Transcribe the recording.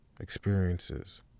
experiences